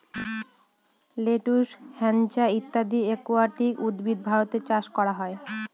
lettuce, হ্যাছান্থ ইত্যাদি aquatic উদ্ভিদ ভারতে চাষ করা হয়